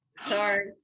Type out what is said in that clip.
Sorry